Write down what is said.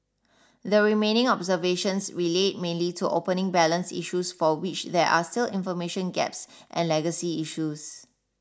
the remaining observations relate mainly to opening balance issues for which there are still information gaps and legacy issues